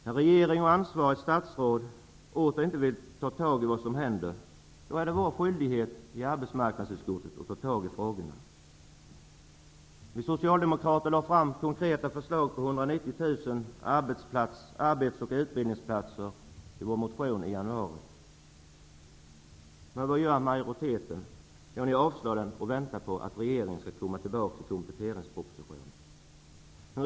När regeringen och ansvarigt statsråd åter inte vill ta tag i vad som händer, då är det vår skyldighet i arbetsmarknadsutskottet att ta tag i frågorna. Vi socialdemokrater lade fram konkreta förslag om 190 000 arbets och utbildningsplatser i vår motion i januari. Men vad gör majoriteten? Ni avslår förslaget och väntar på att regeringen skall komma tillbaka i kompletteringspropositionen.